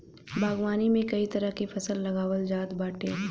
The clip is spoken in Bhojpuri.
बागवानी में कई तरह के फल लगावल जात बाटे